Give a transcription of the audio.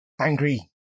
angry